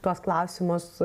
tuos klausimus